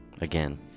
Again